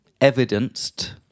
evidenced